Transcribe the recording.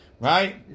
Right